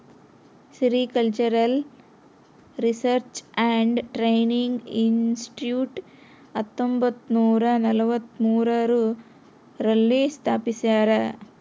sericultural research and training institute ಹತ್ತೊಂಬತ್ತುನೂರ ನಲವತ್ಮೂರು ರಲ್ಲಿ ಸ್ಥಾಪಿಸ್ಯಾರ